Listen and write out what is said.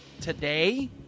today